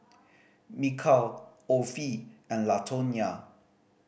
Mikal Offie and Latonya